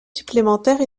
supplémentaires